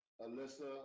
Alyssa